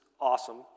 awesome